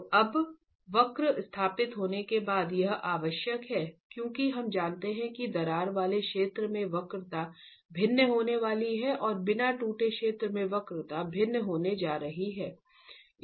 तो अब वक्रता स्थापित होने के साथ यह आवश्यक है क्योंकि हम जानते हैं कि दरार वाले क्षेत्र में वक्रता भिन्न होने वाली है और बिना टूटे क्षेत्र में वक्रता भिन्न होने जा रही है